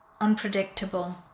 unpredictable